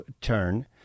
turn